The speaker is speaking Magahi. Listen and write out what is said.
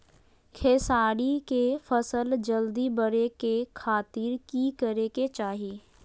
खेसारी के फसल जल्दी बड़े के खातिर की करे के चाही?